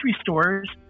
stores